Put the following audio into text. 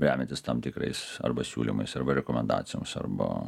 remiantis tam tikrais arba siūlymais arba rekomendacijoms arba